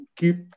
keep